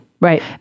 Right